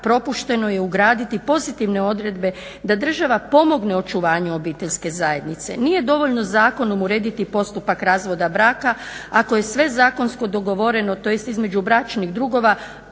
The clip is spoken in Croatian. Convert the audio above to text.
propušteno je ugraditi pozitivne odredbe da država pomogne u očuvanju obiteljske zajednice. Nije dovoljno zakonom urediti postupak razvoda braka ako je sve zakonsko dogovoreno tj. između bračnih drugova